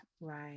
Right